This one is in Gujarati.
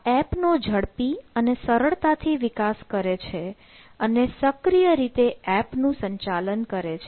આ એપ નો ઝડપી અને સરળતાથી વિકાસ કરે છે અને સક્રિય રીતે એપ નું સંચાલન કરે છે